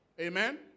Amen